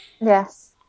yes